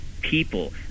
people